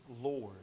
Lord